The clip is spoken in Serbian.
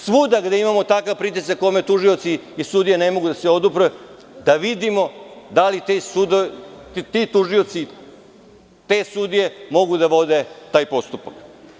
Svuda gde imamo takav pritisak kome tužioci i sudije ne mogu da se odupru, da vidimo da li ti tužioci, te sudije mogu da vode taj postupak.